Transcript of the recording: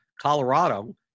Colorado